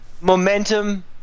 momentum